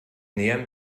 nähern